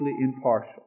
impartial